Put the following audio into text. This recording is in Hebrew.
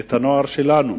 את הנוער שלנו,